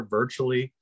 virtually